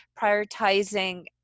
prioritizing